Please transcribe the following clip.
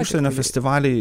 užsienio festivaliai